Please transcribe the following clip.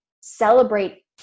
celebrate